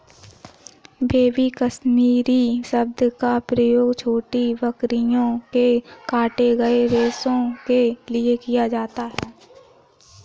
baby Kashmiri शब्द का प्रयोग छोटी बकरियों के काटे गए रेशो के लिए किया जाता है